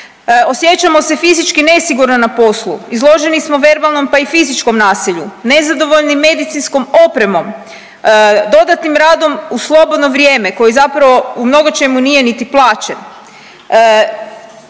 osjećamo se fizički nesigurno na poslu, izloženi smo verbalnom, pa i fizičkom nasilju, nezadovoljni medicinskom opremom, dodatnim radom u slobodno vrijeme koji zapravo u mnogočemu nije niti plaćen.